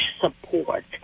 support